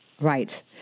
Right